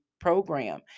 program